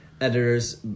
editors